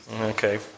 Okay